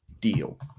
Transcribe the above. deal